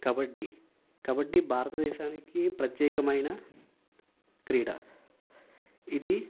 కబడ్డీ కబడ్డీ భారతదేశానికి ప్రత్యేకమైన క్రీడ ఇది